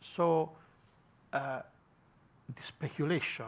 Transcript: so ah the speculation,